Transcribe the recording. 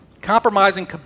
Compromising